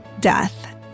death